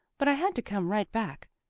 but i had to come right back.